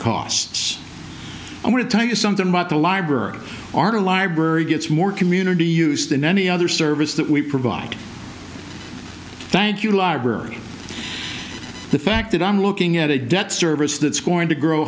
costs i want to tell you something about the library our library gets more community use than any other service that we provide thank you library the fact that i'm looking at a debt service that's going to grow